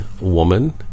woman